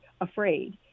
afraid